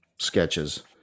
sketches